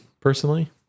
personally